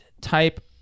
type